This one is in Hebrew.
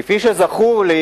כפי שזכור לי,